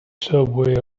subway